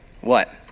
what